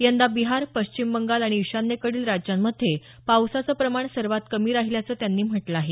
यंदा बिहार पश्चिम बंगाल आणि इशान्येकडील राज्यांमध्ये पावसाचे प्रमाण सर्वात कमी राहील्याचं त्यांनी म्हटलं आहे